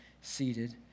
seated